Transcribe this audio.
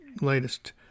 latest